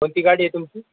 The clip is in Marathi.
कोणती गाडी आहे तुमची